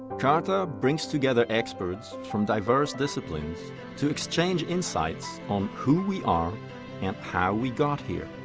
carta brings together experts from diverse disciplines to exchange insights on who we are and how we got here,